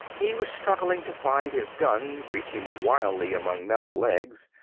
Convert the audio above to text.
he was struggling to find his gun, reaching wildly among metal legs,